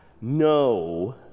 No